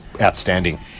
outstanding